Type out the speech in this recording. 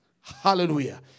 Hallelujah